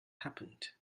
happened